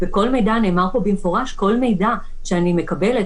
פה נאמר פה במפורש שכל מידע שאני מקבלת